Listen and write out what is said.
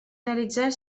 realitzar